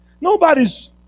Nobody's